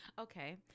okay